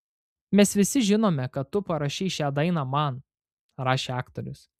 mes visi žinome kad tu parašei šią dainą man rašė aktorius